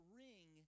ring